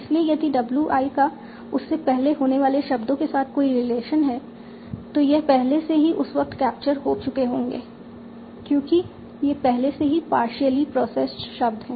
इसलिए यदि w i का उससे पहले होने वाले शब्दों के साथ कोई रिलेशन है तो यह पहले से ही उस वक्त कैप्चर हो चुके होंगे क्योंकि ये पहले से ही पार्शियली प्रोसैस्ड शब्द हैं